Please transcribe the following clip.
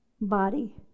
body